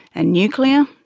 and nuclear?